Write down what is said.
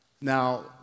Now